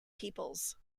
peoples